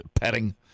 petting